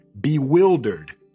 bewildered